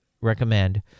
recommend